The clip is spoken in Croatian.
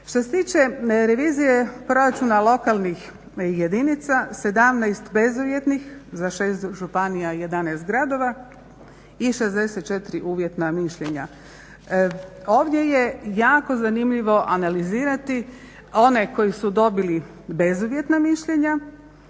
Što se tiče revizije proračuna lokalnih jedinica, 17 bezuvjetnih za 6 županija i 11 gradova i 64 uvjetna mišljenja. Ovdje je jako zanimljivo analizirati one koji su dobili bezuvjetna mišljenja,